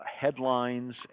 headlines